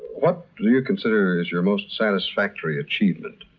what do you consider is your most satisfactory achievement?